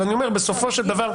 אבל בסופו של דבר,